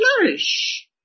flourish